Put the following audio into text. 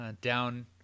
down